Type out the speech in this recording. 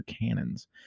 cannons